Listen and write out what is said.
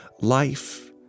Life